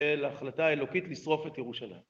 להחלטה אלוקית לשרוף את ירושלים